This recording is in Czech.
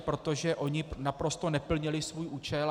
Protože ony naprosto neplnily svůj účel.